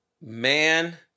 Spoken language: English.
man